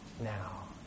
now